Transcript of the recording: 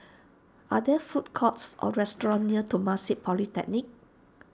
are there food courts or restaurants near Temasek Polytechnic